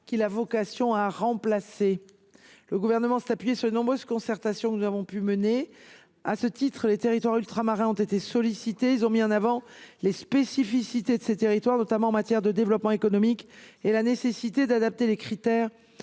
qu’il a vocation à remplacer. Le Gouvernement s’est appuyé sur les nombreuses concertations qu’il a pu mener. À cet égard, les territoires ultramarins ont été sollicités. Ils ont mis en avant leurs spécificités, notamment en matière de développement économique, et la nécessité d’adapter les critères